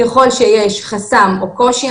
ככל שיש חסם או קושי,